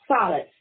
solid